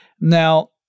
Now